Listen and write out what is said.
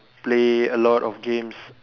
play a lot of games